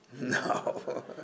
No